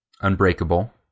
Unbreakable